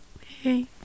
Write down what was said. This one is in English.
hey